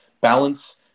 balance